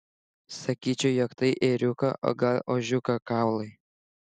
sakyčiau jog tai ėriuko o gal ožiuko kaulai